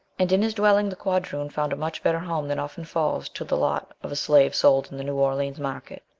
and in his dwelling the quadroon found a much better home than often falls to the lot of a slave sold in the new orleans market.